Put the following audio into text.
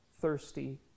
thirsty